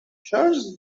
charles